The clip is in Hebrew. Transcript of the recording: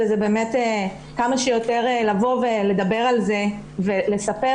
זה באמת כמה שיותר לבוא ולדבר על זה ולספר.